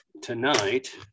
tonight